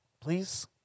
Please